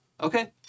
Okay